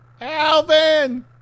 Alvin